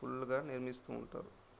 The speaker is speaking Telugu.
ఫుల్గా నిర్మిస్తూ ఉంటారు